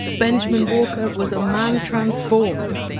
benjamen walker was a man transformed!